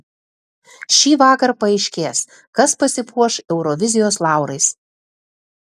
šįvakar paaiškės kas pasipuoš eurovizijos laurais